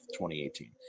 2018